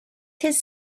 his